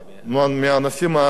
בנושאים החשובים,